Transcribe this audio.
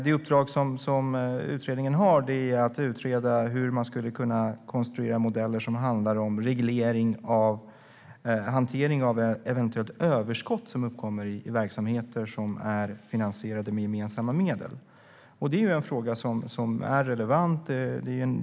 Det uppdrag som utredningen har är att utreda hur man skulle kunna konstruera modeller som handlar om hantering av eventuellt överskott som uppkommer i verksamheter som är finansierade med gemensamma medel. Det är en fråga som är relevant.